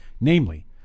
namely